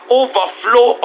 overflow